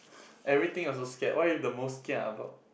everything also scared what are you the most kia about